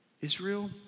Israel